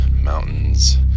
mountains